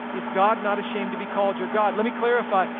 is god not ashamed to be called your god? let me clarify.